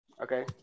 okay